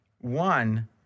One